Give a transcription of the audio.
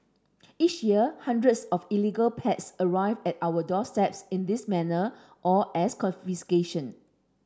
each year hundreds of illegal pets arrive at our doorsteps in this manner or as confiscation